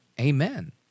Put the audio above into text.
Amen